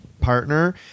partner